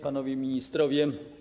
Panowie Ministrowie!